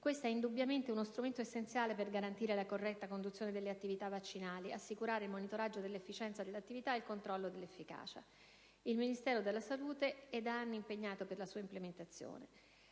questa è indubbiamente uno strumento essenziale per garantire la corretta conduzione delle attività vaccinali ed assicurare il monitoraggio dell'efficienza dell'attività e il controllo dell'efficacia. Il Ministero della salute è da anni impegnato per la sua implementazione.